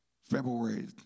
February